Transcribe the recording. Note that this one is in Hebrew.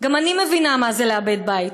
"גם אני מבינה מה זה לאבד בית.